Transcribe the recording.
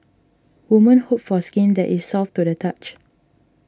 women hope for skin that is soft to the touch